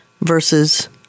versus